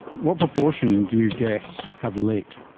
what proportion do you guess have late?